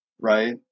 right